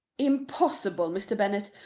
impossible, mr. bennet,